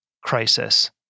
crisis